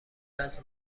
وجه